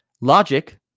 Logic